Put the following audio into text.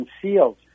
concealed